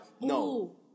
No